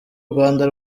rwanda